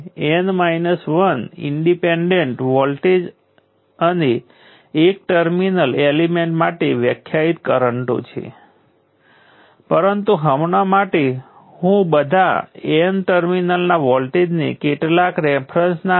તેથી આ integral L 2 integral 0 થી t1 સમય જતાં I2નો સમય ડેરિવેટિવ હોવાનું બહાર આવ્યું છે મૂળભૂત રીતે આપણી પાસે સમય જતાં કરંટનુંનો વર્ગ ઇન્ટિગ્રલ સમય ડેરિવેટિવ છે